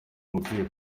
mupira